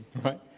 right